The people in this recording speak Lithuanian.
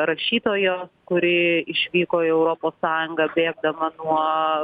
rašytojo kuri išvyko į europos sąjungą bėgdama nuo